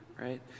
Right